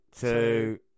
Two